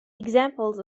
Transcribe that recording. examples